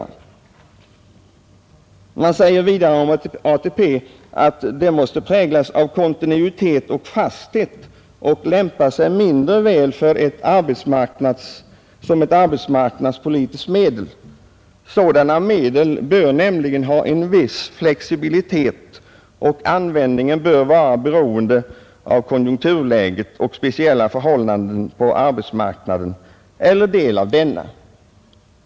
Man säger vidare om ATP-systemet att det måste präglas av kontinuitet och fasthet och lämpar sig mindre väl som ett arbetsmarknadspolitiskt instrument. Sådana bör nämligen ha en viss flexibilitet, och användningen bör vara beroende av konjunkturläget och av speciella förhållanden på arbetsmarknaden eller del av denna.